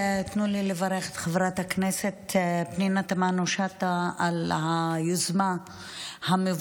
תנו לי לברך את חברת הכנסת פנינה תמנו שטה על היוזמה המבורכת